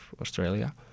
Australia